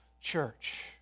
church